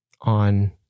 on